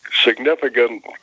significant